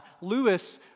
Lewis